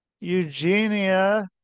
Eugenia